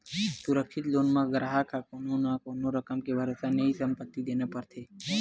सुरक्छित लोन म गराहक ह कोनो न कोनो रकम के भरोसा नइते संपत्ति देना परथे